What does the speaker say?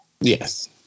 Yes